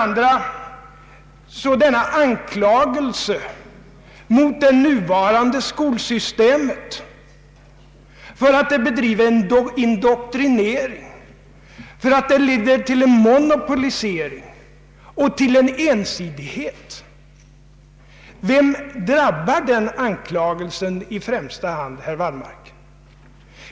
Därefter vill jag bemöta anklagelsen mot det nuvarande skolsystemet för att det bedriver indoktrinering och för att det leder till en monopolisering och ensidighet. Vem drabbar den anklagelsen i första hand, herr Wallmark?